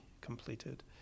completed